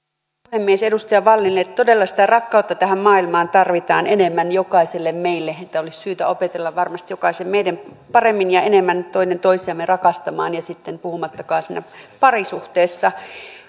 puhemies edustaja wallinille todella sitä rakkautta tähän maailmaan tarvitaan enemmän jokaiselle meille että olisi syytä opetella varmasti jokaisen meidän paremmin ja enemmän toinen toisiamme rakastamaan puhumattakaan sitten siitä parisuhteesta